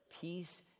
Peace